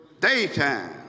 Daytime